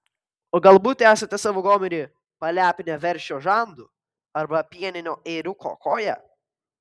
o galbūt esate savo gomurį palepinę veršio žandu arba pieninio ėriuko koja